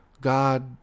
God